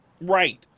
Right